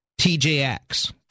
TJX